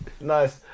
nice